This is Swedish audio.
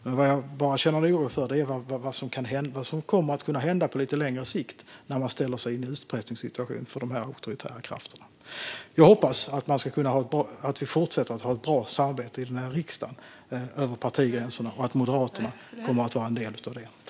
Men vad jag känner oro för är vad som kommer att kunna hända på lite längre sikt när man ställs i en utpressningssituation av de här auktoritära krafterna. Jag hoppas att vi fortsätter att ha ett bra samarbete i den här riksdagen över partigränserna och att Moderaterna kommer att vara en del av det.